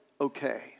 okay